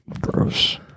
Gross